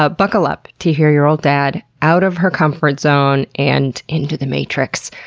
ah buckle up to hear your old dad out of her comfort zone and into the matrix.